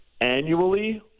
annually